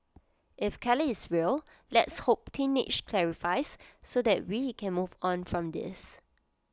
if Kelly is real let's hope teenage clarifies so that we can move on from this